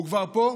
שהוא כבר פה?